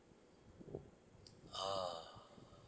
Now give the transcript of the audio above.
ah